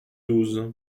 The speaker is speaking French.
douze